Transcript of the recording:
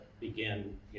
begin